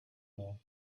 more